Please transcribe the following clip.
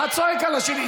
אחד צועק על השני.